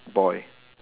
boy